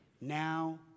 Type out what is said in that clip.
now